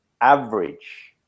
average